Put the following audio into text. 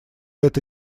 это